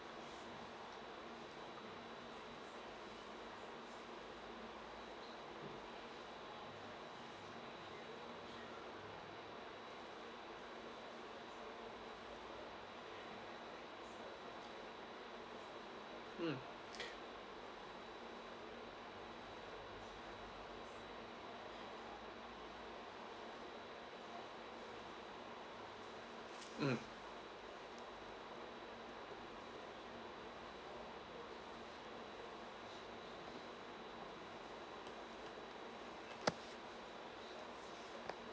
mm